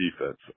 defense